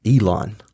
Elon